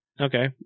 okay